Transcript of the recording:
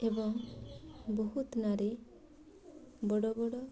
ଏବଂ ବହୁତ ନାରୀ ବଡ଼ ବଡ଼